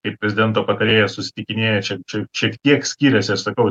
ir prezidento patarėjas susitikinėja čia čia šiek tiek skyrėsi aš sakau